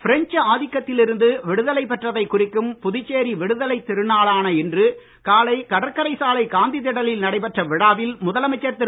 French ஆதிக்கத்திலிருந்து விடுதலை பெற்றதை குறிக்கும் புதுச்சேரி விடுதலை திருநாளான இன்று காலை கடற்கரை சாலை காந்தி திடலில் நடைபெற்ற விழாவில் முதலமைச்சர் திரு